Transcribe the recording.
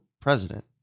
president